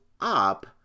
up